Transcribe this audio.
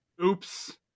Oops